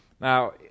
Now